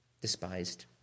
despised